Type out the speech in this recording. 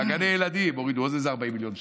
בגני הילדים הורידו עוד איזה 40 מיליון שקל.